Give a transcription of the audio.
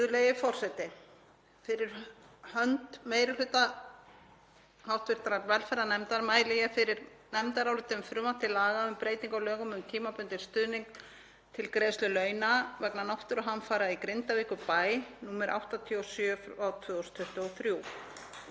Virðulegi forseti. Fyrir hönd meiri hluta hv. velferðarnefndar mæli ég fyrir nefndaráliti um frumvarp til laga um breytingu á lögum um tímabundinn stuðning til greiðslu launa vegna náttúruhamfara í Grindavíkurbæ, nr. 87/2023.